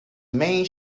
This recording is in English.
main